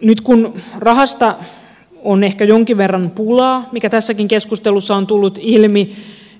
nyt kun rahasta on ehkä jonkin verran pulaa mikä tässäkin keskustelussa on tullut ilmi